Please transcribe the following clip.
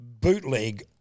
Bootleg